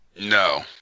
No